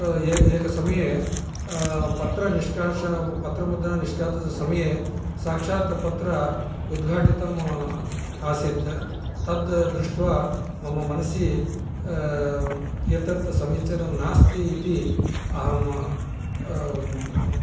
एकसमये पत्रनिष्काश पत्रमुद्रा निष्काशनसमये साक्षात् पत्रम् उद्घाटितम् आसीत् तत् दृष्ट्वा मम मनसि एतत् समीचीनं नास्ति इति अहं